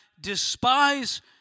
despise